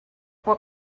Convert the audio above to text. what